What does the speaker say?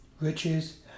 Riches